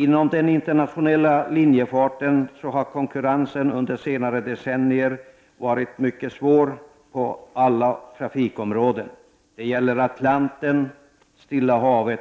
Inom den internationella linjefarten har konkurrensen under senare decennier varit mycket svår på alla trafikområden. Det gäller Atlanten, Stilla Havet